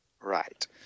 Right